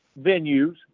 venues